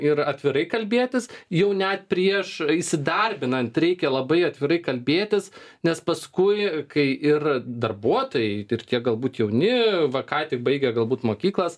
ir atvirai kalbėtis jau net prieš įsidarbinant reikia labai atvirai kalbėtis nes paskui kai ir darbuotojai ir tie galbūt jauni va ką tik baigę galbūt mokyklas